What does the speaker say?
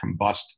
combust